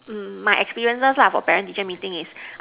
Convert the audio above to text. mm my experiences lah for parent teacher meeting is